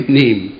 name